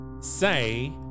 say